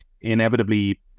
inevitably